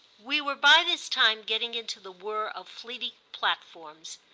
we were by this time getting into the whirr of fleeting platforms,